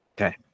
okay